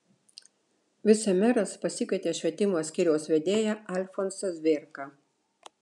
vicemeras pasikvietė švietimo skyriaus vedėją alfonsą zvėrką